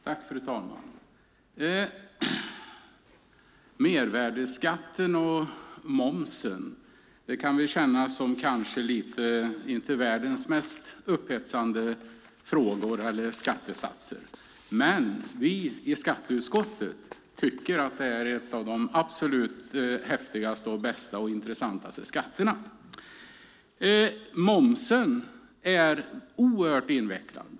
Fru talman! Mervärdesskatten, eller momsen, är kanske inte världens mest upphetsande skattesats. Vi i skatteutskottet tycker dock att det är en av de häftigaste, bästa och intressantaste skatterna. Momsen är invecklad.